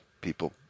people